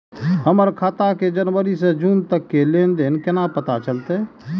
हमर खाता के जनवरी से जून तक के लेन देन केना पता चलते?